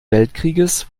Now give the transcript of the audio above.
weltkrieges